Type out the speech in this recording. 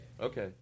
Okay